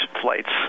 flights